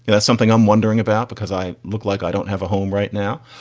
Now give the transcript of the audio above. that's something i'm wondering about because i look like i don't have a home right now.